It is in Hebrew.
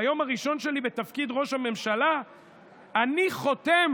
ביום הראשון שלי בתפקיד ראש הממשלה אני חותם